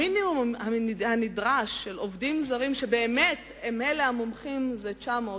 המינימום הנדרש של עובדים זרים שבאמת הם המומחים הוא 900,